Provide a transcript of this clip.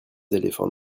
éléphants